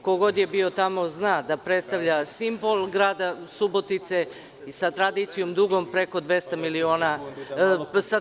Ko god je bio tamo, zna da predstavlja simbol grada Subotice i sa tradicijom dugom preko 200 godina.